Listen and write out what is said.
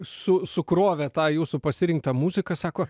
su sukrovė tą jūsų pasirinktą muziką sako